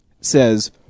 says